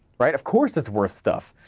right of course that's worth stuff.